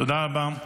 תודה רבה.